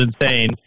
Insane